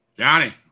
Johnny